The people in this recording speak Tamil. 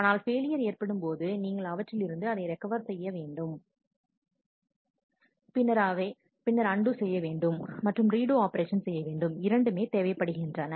ஆனால் ஃபெயிலியர் ஏற்படும் போது நீங்கள் அவற்றில் இருந்து அதை ரெக்கவர் செய்ய வேண்டும் பின்னர் அண்டு செய்ய வேண்டும் மற்றும் ரீடு ஆபரேஷன் செய்ய வேண்டும் இரண்டுமே தேவைப்படுகின்றன